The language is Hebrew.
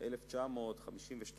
1952